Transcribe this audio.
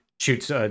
shoots